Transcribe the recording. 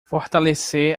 fortalecer